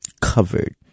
covered